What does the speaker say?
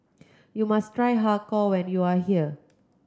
you must try Har Kow when you are here